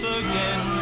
again